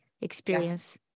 experience